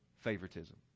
favoritism